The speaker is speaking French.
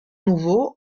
nouveau